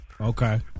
Okay